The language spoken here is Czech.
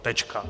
Tečka.